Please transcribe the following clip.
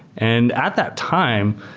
and at that time,